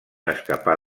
escapar